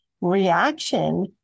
reaction